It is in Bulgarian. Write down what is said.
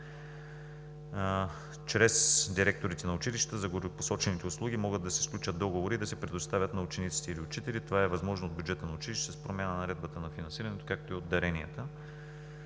Чрез директорите на училищата за горепосочените услуги могат да се сключват договори и да се предоставят на учениците или учителите. Това е възможно от бюджета на училището с промяна на Наредбата на финансирането, както и от даренията.